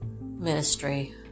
ministry